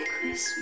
Christmas